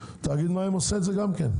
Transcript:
תאגיד מים עושה את זה גם כן.